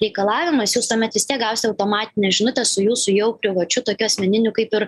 reikalavimas jūs tuomet vis tiek gausite automatinę žinutę su jūsų jau privačiu tokiu asmeniniu kaip ir